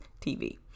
TV